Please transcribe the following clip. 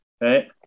Right